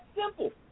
simple